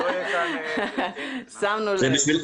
שמנו לב.